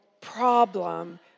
problem